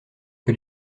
que